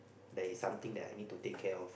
there's something that I need to take care of